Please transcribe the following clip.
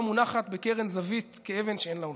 מונחת בקרן זווית כאבן שאין לה הופכין.